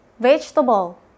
Vegetable